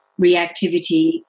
reactivity